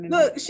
Look